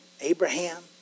Abraham